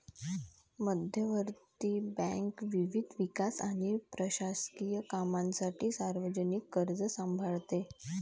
मध्यवर्ती बँक विविध विकास आणि प्रशासकीय कामांसाठी सार्वजनिक कर्ज सांभाळते